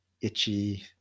itchy